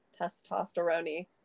testosterone